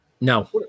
no